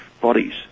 bodies